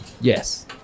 Yes